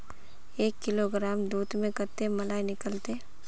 एक किलोग्राम दूध में कते मलाई निकलते?